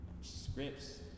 scripts